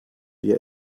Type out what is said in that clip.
wir